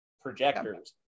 projectors